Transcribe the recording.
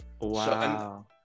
Wow